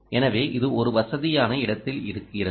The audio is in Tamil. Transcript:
எனவே இது ஒரு வசதியான இடத்தில் இருக்கிறது